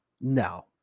No